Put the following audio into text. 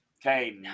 okay